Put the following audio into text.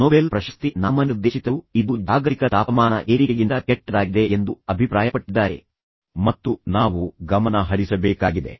Nobel ಪ್ರಶಸ್ತಿ ನಾಮನಿರ್ದೇಶಿತರು ಇದು ಜಾಗತಿಕ ತಾಪಮಾನ ಏರಿಕೆಗಿಂತ ಕೆಟ್ಟದಾಗಿದೆ ಎಂದು ಅಭಿಪ್ರಾಯಪಟ್ಟಿದ್ದಾರೆ ಮತ್ತು ನಾವು ಗಮನ ಹರಿಸಬೇಕಾಗಿದೆ